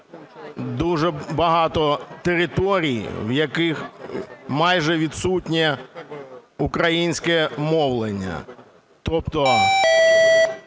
дуже багато територій в яких майже відсутнє українське мовлення, тобто